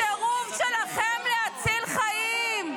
הסירוב שלכם להציל חיים.